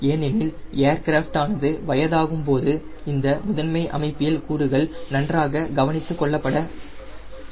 ஏனெனில் ஏர்கிராஃப்ட் ஆனது வயதாகும்போது இந்த முதன்மை அமைப்பியல் கூறுகள் நன்றாக கவனித்துக் கொள்ளப்பட வேண்டும்